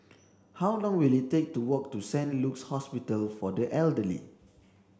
how long will it take to walk to Saint Luke's Hospital for the Elderly